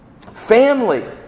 Family